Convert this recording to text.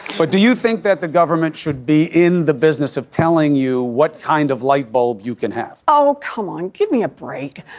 but do you think that the governor should be in the business of telling you what kind of light bulb you can have oh come on give me a break.